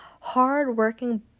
hard-working